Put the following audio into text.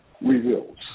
reveals